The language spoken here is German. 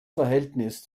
verhältnis